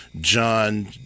John